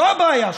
זו הבעיה שלכם.